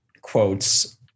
quotes